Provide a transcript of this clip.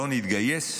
לא נתגייס,